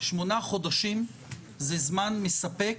שמונה חודשים זה זמן מספק